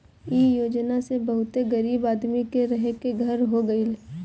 इ योजना से बहुते गरीब आदमी के रहे के घर हो गइल